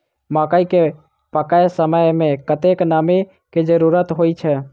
मकई केँ पकै समय मे कतेक नमी केँ जरूरत होइ छै?